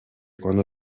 quando